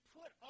put